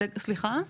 סליחה?